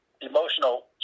emotional